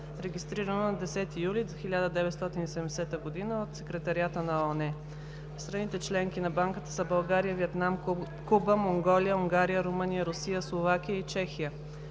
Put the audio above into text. регистрирано на 10 юли 1970 г. в Секретариата на ООН. Страните – членки на Банката, са България, Виетнам, Куба, Монголия, Унгария, Румъния, Русия, Словакия и Чехия.